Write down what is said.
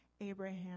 Abraham